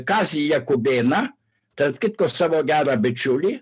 kazį jakubėną tarp kitko savo gerą bičiulį